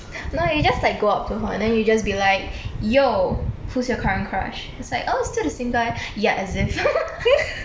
no ah you just like go up to her and then you just be like yo who's your current crush is like oh still the same guy ya as if